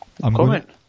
comment